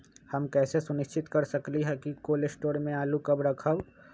हम कैसे सुनिश्चित कर सकली ह कि कोल शटोर से आलू कब रखब?